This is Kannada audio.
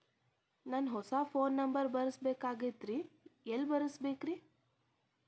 ನಂದ ಹೊಸಾ ಫೋನ್ ನಂಬರ್ ಬರಸಬೇಕ್ ಆಗೈತ್ರಿ ಎಲ್ಲೆ ಬರಸ್ಬೇಕ್ರಿ?